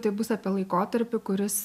tai bus apie laikotarpį kuris